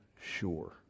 sure